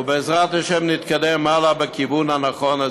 ובעזרת השם נתקדם הלאה בכיוון הנכון.